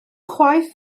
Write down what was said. chwaith